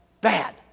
Bad